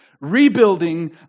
rebuilding